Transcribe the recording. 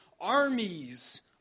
armies